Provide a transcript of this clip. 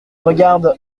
regarde